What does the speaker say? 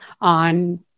on